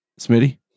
Smitty